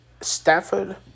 Stafford